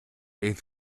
eighth